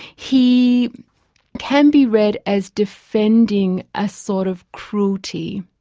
he can be read as defending a sort of cruelty.